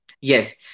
Yes